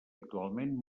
actualment